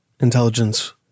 Intelligence